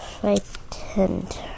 frightened